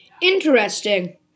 Interesting